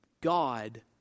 God